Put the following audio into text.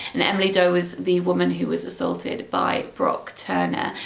and emily doe was the woman who was assaulted by brooke turner.